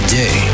day